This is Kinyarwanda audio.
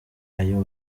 ayo